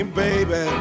baby